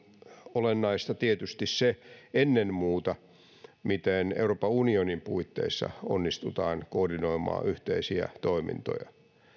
olennaista tietysti ennen muuta se miten euroopan unionin puitteissa onnistutaan koordinoimaan yhteisiä toimintoja